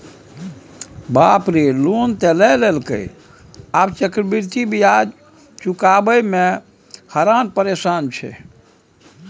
बाप रे लोन त लए लेलकै आब चक्रवृद्धि ब्याज चुकाबय मे हरान परेशान छै